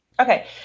Okay